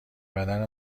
بدن